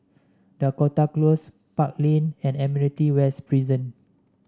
Dakota Close Park Lane and Admiralty West Prison